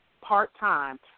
part-time